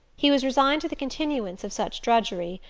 he was resigned to the continuance of such drudgery,